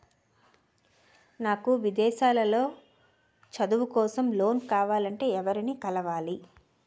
నాకు విదేశాలలో చదువు కోసం లోన్ కావాలంటే ఎవరిని కలవాలి?